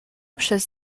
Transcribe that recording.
przez